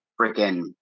freaking